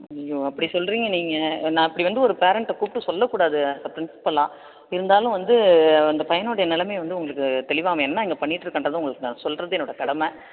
ஐயோ அப்படி சொல்லுறிங்க நீங்கள் நான் இப்படி வந்து ஒரு பேரெண்ட்டை கூப்பிட்டு சொல்லக்கூடாது அஸ் த பிரின்ஸ்பல்லாக இருந்தாலும் வந்து அந்த பையனோட நிலமைய வந்து உங்களுக்கு தெளிவாக அவன் என்ன இங்கே பண்ணிக்கிட்டுருக்குறான்றது உங்களுக்கு நான் சொல்லுறது என்னோட கடமை